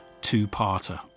two-parter